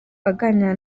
aganira